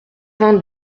vingt